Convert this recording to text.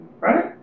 Right